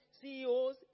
CEOs